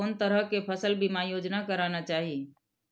कोन तरह के फसल बीमा योजना कराना चाही?